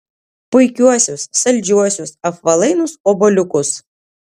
puikiuosius saldžiuosius apvalainus obuoliukus